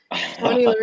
Tony